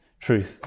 truth